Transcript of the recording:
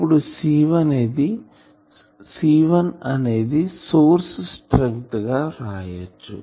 ఇప్పుడు C1 అనేది source strength గా వ్రాయచ్చు